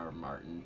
Martin